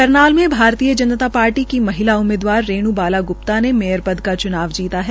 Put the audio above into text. करनाल में भारतीय जनता पार्टी की महिला उम्मीदवार रेण् बाला ग्प्ता ने मेयर पद का च्नाव जीता है